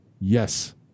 Yes